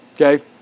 Okay